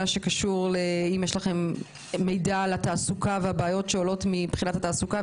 האם יש לכם מידע על התעסוקה ובעיות שעולות מבחינה תעסוקתית?